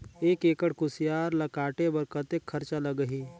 एक एकड़ कुसियार ल काटे बर कतेक खरचा लगही?